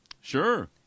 Sure